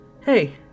hey